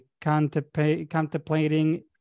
contemplating